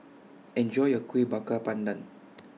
Enjoy your Kuih Bakar Pandan